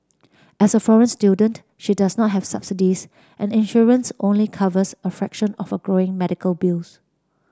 as a foreign student she does not have subsidies and insurance only covers a fraction of her growing medical bills